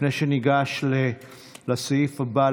לפני שניגש לסעיף הבא,